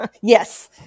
Yes